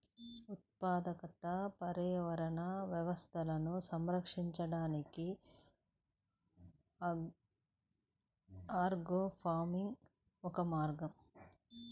ఉత్పాదక పర్యావరణ వ్యవస్థలను సంరక్షించడానికి ఆగ్రోఫారెస్ట్రీ ఒక మార్గం